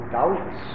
doubts